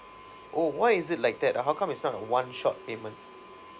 oh why is it like that ah how come it's not a one shot payment